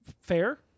Fair